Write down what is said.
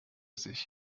sich